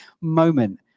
moment